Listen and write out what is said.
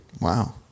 Wow